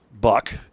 Buck